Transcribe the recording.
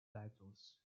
titles